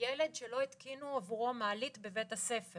ילד שלא התקינו עבורו מעלית בבית הספר